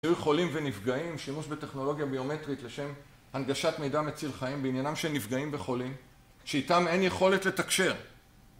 זהוי חולים ונפגעים, שימוש בטכנולוגיה ביומטרית לשם הנגשת מידע מציל חיים בעניינם של נפגעים וחולים שאיתם אין יכולת לתקשר